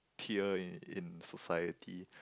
tier in society